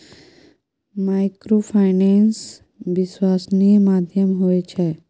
Microfinance विश्वासनीय माध्यम होय छै?